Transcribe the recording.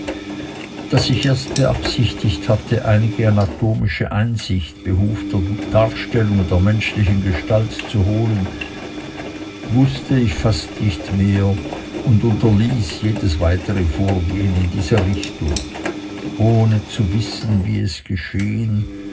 daß ich erst beabsichtigt hatte einige anatomische einsicht behufs der darstellung der menschlichen gestalt zu holen wußte ich fast nicht mehr und unterließ jedes weitere vorgehen in dieser richtung ohne zu wissen wie es geschehen